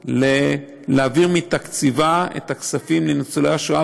להעביר מתקציבה את הכספים לניצולי השואה,